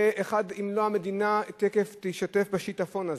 ואם לא, המדינה תיכף תישטף בשיטפון הזה,